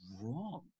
wrong